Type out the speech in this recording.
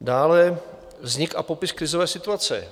Dále vznik a popis krizové situace.